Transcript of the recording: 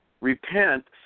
Repent